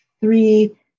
three